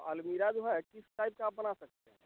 अलमिरा जो है किस टाइप का आप बना सकते हैं